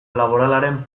laboralaren